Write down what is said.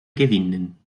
gewinnen